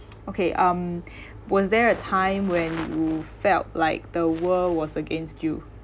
okay um was there a time when you felt like the world was against you